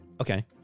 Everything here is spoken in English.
Okay